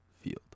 field